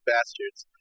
Bastards